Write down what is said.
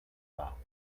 war